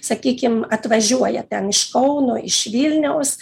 sakykim atvažiuoja ten iš kauno iš vilniaus